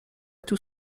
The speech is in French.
tout